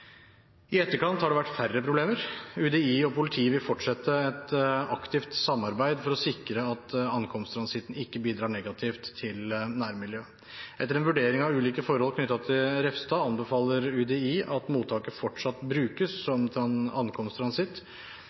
I etterkant har det vært færre problemer. UDI og politiet vil fortsette et aktivt samarbeid for å sikre at ankomsttransitten ikke bidrar negativt til nærmiljøet. Etter en vurdering av ulike forhold knyttet til Refstad anbefaler UDI at mottaket fortsatt brukes som ankomsttransitt.